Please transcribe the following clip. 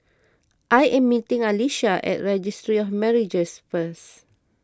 I am meeting Alisha at Registry of Marriages first